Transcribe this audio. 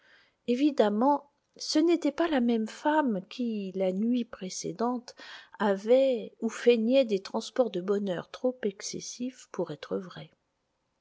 évidemment ce n'était pas la même femme qui la nuit précédente avait ou feignait des transports de bonheur trop excessifs pour être vrais